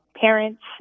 parents